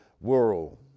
world